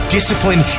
Discipline